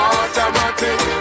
Automatic